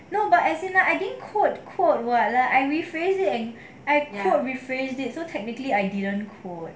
no but as in like I didn't code code what right I rephrase it and I code rephrase it so technically I didn't code